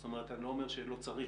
זאת אומרת, אני לא אומר שלא שצריך.